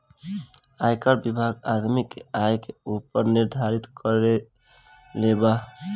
आयकर विभाग आदमी के आय के ऊपर निर्धारित कर लेबेला